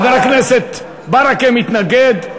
חבר הכנסת ברכה מתנגד.